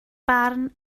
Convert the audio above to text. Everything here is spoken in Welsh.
barn